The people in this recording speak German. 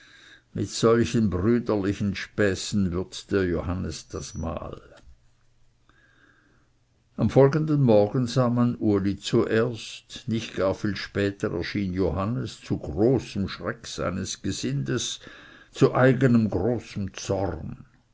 mit solchen brüderlichen späßen würzte johannes das mahl am folgenden morgen sah man uli zuerst nicht gar viel später erschien johannes zu großem schreck seines gesindes zu eigenem großem zorn